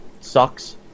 sucks